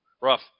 rough